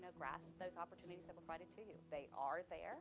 grasp those opportunities that were provided to you, they are there